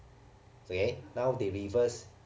okay now they give us